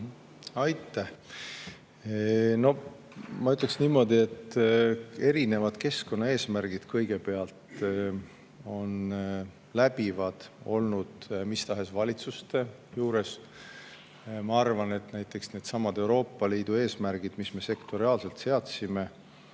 Aitäh! Ma ütleksin niimoodi, et erinevad keskkonnaeesmärgid on läbivad olnud mis tahes valitsuste puhul. Ma arvan, et näiteks needsamad Euroopa Liidu eesmärgid, mis me sektoriaalselt seadsime,